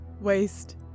Waste